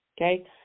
okay